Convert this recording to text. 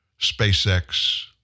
SpaceX